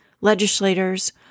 legislators